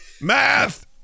math